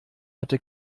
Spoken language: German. hatte